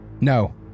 no